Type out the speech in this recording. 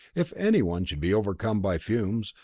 if any one should be overcome by fumes,